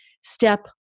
step